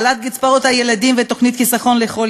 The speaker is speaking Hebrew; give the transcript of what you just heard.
העלאת קצבאות הילדים ותוכנית "חיסכון לכל